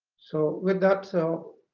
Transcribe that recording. so with that, so